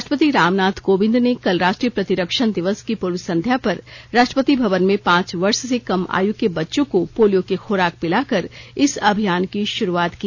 राष्ट्रपति रामनाथ कोविंद ने कल राष्ट्रीय प्रतिरक्षण दिवस की पूर्व संध्या पर राष्ट्रपति भवन में पांच वर्ष से कम आयु के बच्चों को पोलियो की खुराक पिलाकर इस अभियान की शुरूआत की